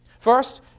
First